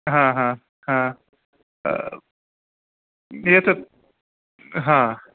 ह ह ह एतत् ह